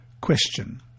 Question